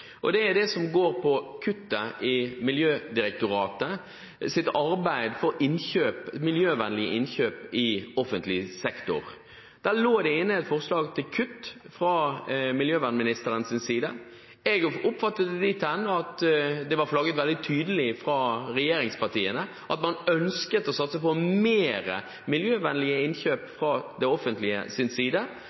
oppe i debatten, det som går på kuttet i Miljødirektoratets arbeid for miljøvennlige innkjøp i offentlig sektor. Der lå det inne et forslag til kutt fra miljøvernministerens side. Jeg oppfattet det dit hen at det var flagget veldig tydelig fra regjeringspartiene at man ønsket å satse på mer miljøvennlige innkjøp fra det offentliges side,